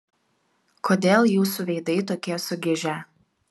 kodėl jūsų veidai tokie sugižę